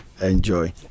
enjoy